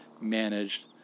Managed